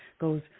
goes